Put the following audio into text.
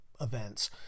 events